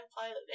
Pilot